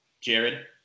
Jared